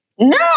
No